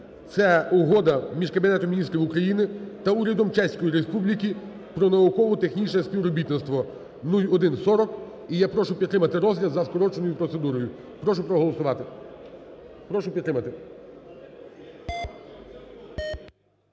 це Угода між Кабінетом Міністрів України та Урядом Чеської Республіки про науково-технічне співробітництво (0140). І я прошу підтримати розгляд за скороченою процедурою, прошу проголосувати, прошу підтримати.